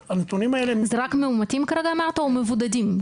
זה רק מאומתים כרגע אמרת או מבודדים?